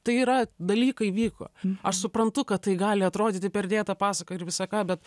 tai yra dalykai vyko aš suprantu kad tai gali atrodyti perdėta pasaka ir visa ką bet